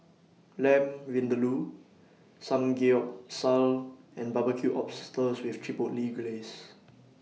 Lamb Vindaloo Samgeyopsal and Barbecued Oysters with Chipotle Glaze